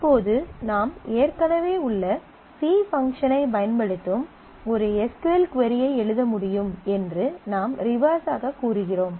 இப்போது நாம் ஏற்கனவே உள்ள சி பங்க்ஷன் ஐ பயன்படுத்தும் ஒரு எஸ் க்யூ எல் கொரி ஐ எழுத முடியும் என்று நாம் ரிவர்ஸாகக் கூறுகிறோம்